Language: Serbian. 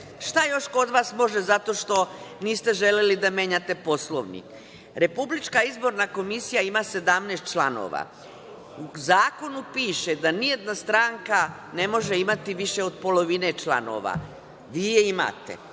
sve. Šta još kod vas može zato što niste želeli da menjate Poslovnik? Republička izborna komisija ima 17 članova. U zakonu piše da nijedna stranka ne može imati više od polovine članova. Vi je imate.